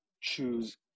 choose